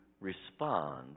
respond